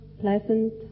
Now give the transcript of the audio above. pleasant